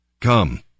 Come